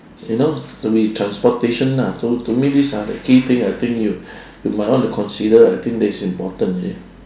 you know could be transportation lah so to me these are the key thing I think you you might want to consider I think that is important you see